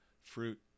fruit